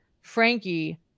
Frankie